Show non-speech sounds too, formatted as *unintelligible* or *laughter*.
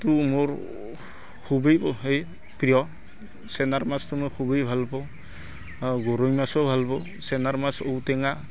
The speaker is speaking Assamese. *unintelligible* মোৰ খুবেই সেই প্ৰিয় *unintelligible* মাছটো মই খুবেই ভাল পাওঁ গৰৈ মাছো ভাল পাওঁ *unintelligible* মাছ ঔ টেঙা